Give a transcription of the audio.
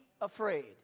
afraid